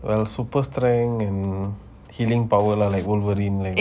well super strength and healing power lah like wolverine